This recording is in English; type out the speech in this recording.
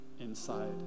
inside